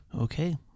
Okay